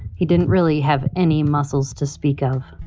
he didn't really have any muscles to speak of.